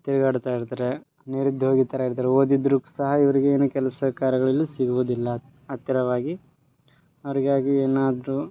ತಿರ್ಗಾಡ್ತಾ ಇರ್ತಾರೆ ನಿರದ್ಯೋಗಿ ಥರ ಇರ್ತಾರೆ ಓದಿದರೂ ಸಹ ಇವಿರಗೆ ಏನು ಕೆಲಸ ಕಾರ್ಯಗಳು ಎಲ್ಲೂ ಸಿಗುವುದಿಲ್ಲ ಹತ್ತಿರವಾಗಿ ಅವರಿಗಾಗಿ ಏನಾದರು